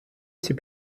ses